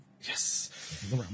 Yes